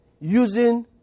using